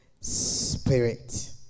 spirit